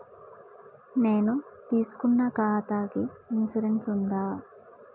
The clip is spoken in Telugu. నేను తీసుకున్న ఖాతాకి ఇన్సూరెన్స్ ఉందా?